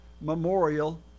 memorial